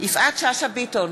יפעת שאשא ביטון,